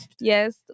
yes